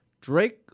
Drake